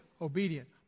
obedient